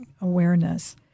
awareness